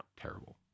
Terrible